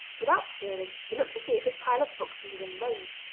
without stirring, he looked see if his pile of books was within range,